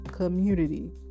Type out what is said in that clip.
community